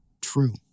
true